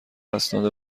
اسناد